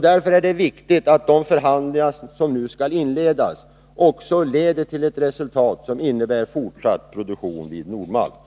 Därför är det viktigt att de förhandlingar som nu skall inledas också leder till ett resultat som innebär fortsatt produktion vid Nord-Malt.